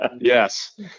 yes